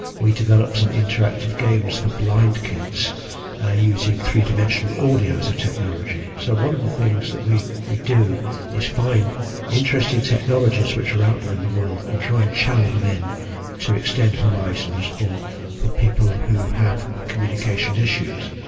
we developed some interactive games for blind kids using three-dimensional audio as a technology. so one of the things that we we do is find interesting technologies which are out there in the world and try and channel them in to extend horizons for for people who have communications issues.